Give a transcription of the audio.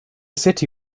city